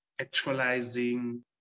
actualizing